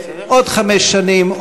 עוד חמש שנים,